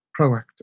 proactive